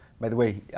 by the way,